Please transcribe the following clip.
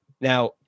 now